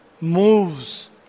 moves